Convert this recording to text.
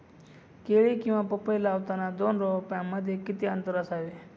केळी किंवा पपई लावताना दोन रोपांमध्ये किती अंतर असावे?